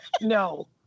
no